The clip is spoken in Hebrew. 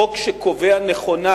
חוק שקובע נכונה